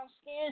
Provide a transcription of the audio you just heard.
skin